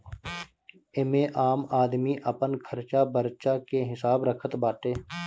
एमे आम आदमी अपन खरचा बर्चा के हिसाब रखत बाटे